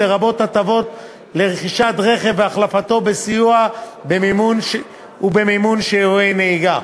לרבות הטבות לרכישת רכב והחלפתו וסיוע במימון שיעורי נהיגה,